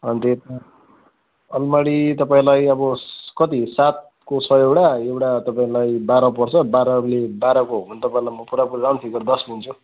आलमारी तपाईँलाई अब कति सातको छ एउटा एउटा तपाईँलाई बाह्र पर्छ बाह्रले बाह्रको हो भने तपाईँलाई म पुरापुरी राउन्ड फिगर दस दिन्छु